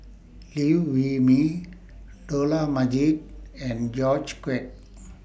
Liew Wee Mee Dollah Majid and George Quek